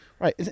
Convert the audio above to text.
Right